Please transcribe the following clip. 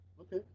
Okay